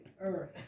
earth